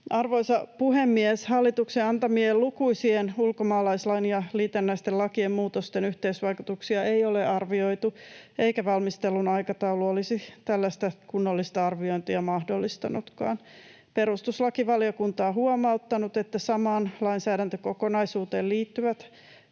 Arvoisa puhemies! Hallituksen antamien lukuisien ulkomaalaislain ja liitännäisten lakien muutosten yhteisvaikutuksia ei ole arvioitu, eikä valmistelun aikataulu olisi tällaista kunnollista arviointia mahdollistanutkaan. Perustuslakivaliokunta on huomauttanut, että samaan lainsäädäntökokonaisuuteen liittyvät